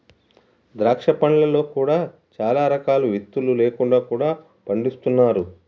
ద్రాక్ష పండ్లలో కూడా చాలా రకాలు విత్తులు లేకుండా కూడా పండిస్తున్నారు